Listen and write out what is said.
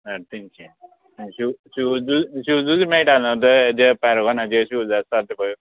साडे तिनशे शूज शूजूय शूजूच मेळटा न्हू ते जे पॅरगोनाचे शूज आसात ते पळय